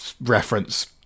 reference